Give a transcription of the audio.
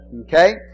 Okay